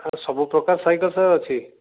ସବୁ ପ୍ରକାର ସାଇକେଲଲ୍ ସାର୍ ଅଛି